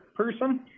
person